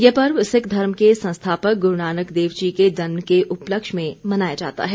यह पर्व सिख धर्म के संस्थापक गुरूनानक देवजी के जन्म के उपलक्ष्य में मनाया जाता है